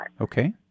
Okay